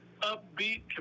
upbeat